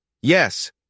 Yes